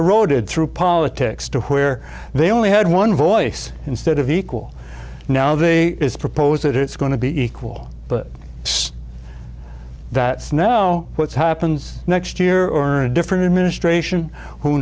to roaded through politics to where they only had one voice instead of equal now they propose that it's going to be equal but that snow what's happens next year or a different administration who